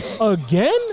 Again